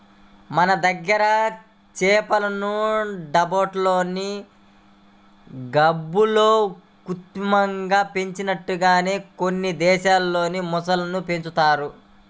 మన దగ్గర చేపలను టబ్బుల్లో, గాబుల్లో కృత్రిమంగా పెంచినట్లుగానే కొన్ని దేశాల్లో మొసళ్ళను పెంచుతున్నారు